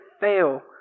fail